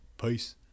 Peace